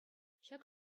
ҫак